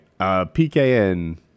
PKN